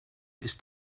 ist